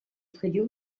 входил